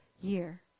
year